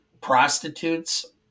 prostitutes